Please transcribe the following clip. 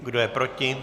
Kdo je proti?